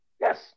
Yes